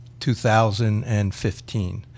2015